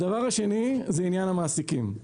הדבר השני הוא עניין המעסיקים.